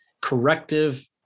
corrective